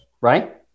right